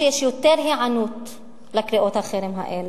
ומכיוון שיש יותר היענות לקריאות החרם האלה.